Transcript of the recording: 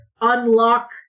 unlock